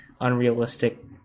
unrealistic